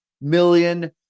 million